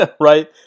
right